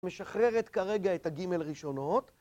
משחררת כרגע את הגימל ראשונות.